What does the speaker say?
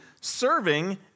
serving